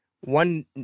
One